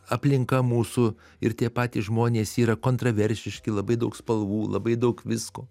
aplinka mūsų ir tie patys žmonės yra kontraversiški labai daug spalvų labai daug visko